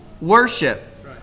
worship